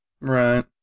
Right